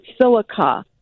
silica